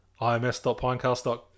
ims.pinecast.com